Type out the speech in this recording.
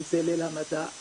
אם זה 'ליל המדענים',